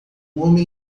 homem